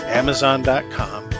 amazon.com